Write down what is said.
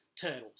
turtles